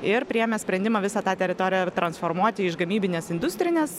ir priėmė sprendimą visą tą teritoriją ir transformuoti iš gamybinės industrinės